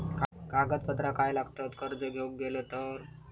कागदपत्रा काय लागतत कर्ज घेऊक गेलो तर?